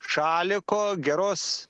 šaliko geros